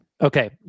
Okay